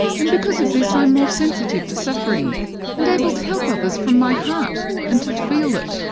and because of this i'm more sensitive to suffering and able to help others from my heart and to feel it.